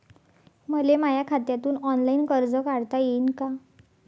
मले माया खात्यातून ऑनलाईन कर्ज काढता येईन का?